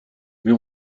mais